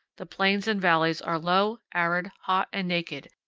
the plains and valleys are low, arid, hot, and naked,